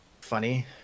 Funny